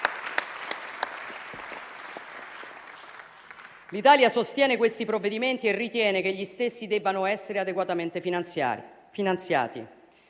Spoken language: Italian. L'Italia sostiene questi provvedimenti e ritiene che gli stessi debbano essere adeguatamente finanziati,